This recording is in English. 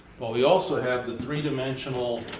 well, we also have the three-dimensional